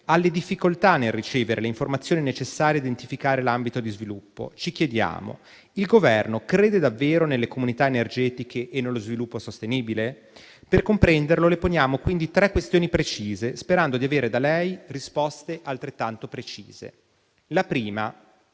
alle difficoltà nel ricevere le informazioni necessarie a identificare l'ambito di sviluppo, ci chiediamo: il Governo crede davvero nelle comunità energetiche e nello sviluppo sostenibile? Per comprenderlo, le poniamo quindi tre questioni precise, sperando di avere da lei risposte altrettanto precise. La prima: